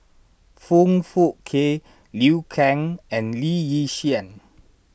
Foong Fook Kay Liu Kang and Lee Yi Shyan